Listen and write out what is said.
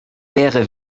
wäre